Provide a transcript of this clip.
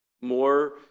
more